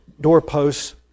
doorposts